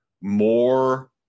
more